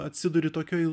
atsiduri tokioj